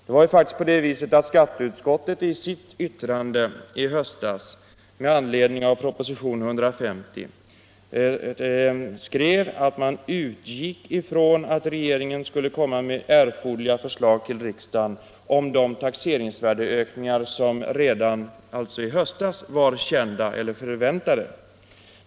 Det var faktiskt så att skatteutskottet i sitt yttrande i höstas med anledning av propositionen 150 skrev att man utgick från att regeringen skulle komma med erforderliga förslag till riksdagen om de taxeringsvärdeökningar som redan =— alltså i höstas — var kända eller förväntade.